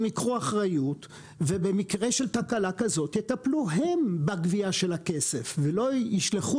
ייקחו אחריות ובמקרה של תקלה כזאת יטפלו הם בגבייה של הכסף ולא ישלחו